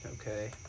Okay